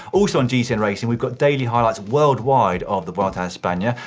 also on gcn racing we've got daily highlights worldwide of the vuelta espana.